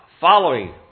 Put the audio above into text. following